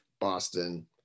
Boston